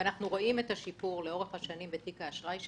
אנחנו רואים את השיפור לאורך השנים בתיק האשראי שלנו.